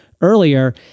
earlier